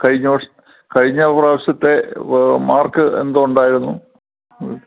കഴിഞ്ഞ വർഷം കഴിഞ്ഞ പ്രാവശ്യത്തെ മാർക്ക് എന്തോ ഉണ്ടായിരുന്നു